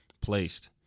placed